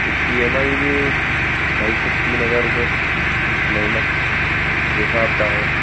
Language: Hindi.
इसकी ई एम आई भी ढाई से तीन हज़ार रुपए महिना जैसा आप चाहो